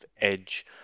edge